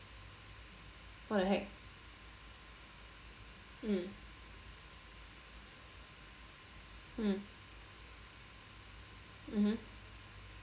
what the heck mm mm mmhmm